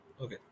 okay